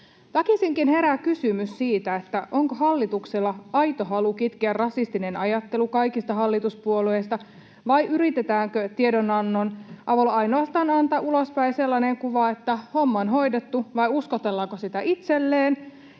Väkisinkin herää kysymys siitä, onko hallituksella aito halu kitkeä rasistinen ajattelu kaikista hallituspuolueista vai yritetäänkö tiedonannon avulla ainoastaan antaa ulospäin sellainen kuva, että homma on hoidettu, vai uskotellaanko sitä itselle